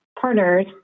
partners